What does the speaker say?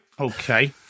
okay